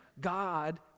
God